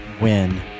win